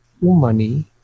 Money